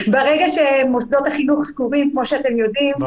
ברגע שמוסדות החינוך סגורים, כמו שאתם יודעים,